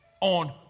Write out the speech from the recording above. on